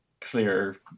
clear